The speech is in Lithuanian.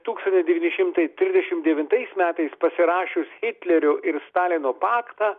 tūkstantis devyni šimtai trisdešimt devintais metais pasirašius hitlerio ir stalino paktą